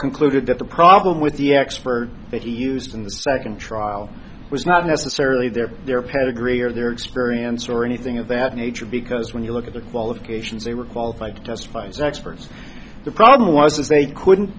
concluded that the problem with the expert that he used in the second trial was not necessarily their their pedigree or their experience or anything of that nature because when you look at the qualifications they were qualified to testify as experts the problem was they couldn't